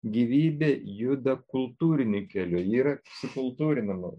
gyvybė juda kultūriniu keliu ji yra sukultūrinama